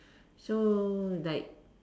so like